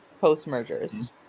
post-mergers